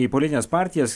į politines partijas